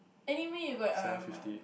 anyway you got